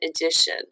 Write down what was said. edition